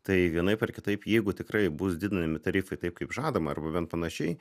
tai vienaip ar kitaip jeigu tikrai bus didinami tarifai taip kaip žadama arba bent panašiai